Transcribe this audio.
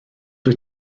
wyt